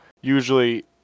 usually